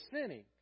sinning